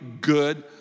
good